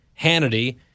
Hannity